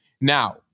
Now